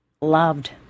loved